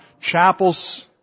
chapels